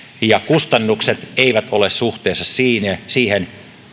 ja kustannukset eivät ole suhteessa siihen